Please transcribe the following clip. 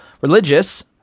religious –